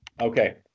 Okay